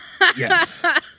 Yes